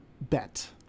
bet